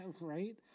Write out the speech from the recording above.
Right